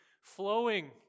Flowing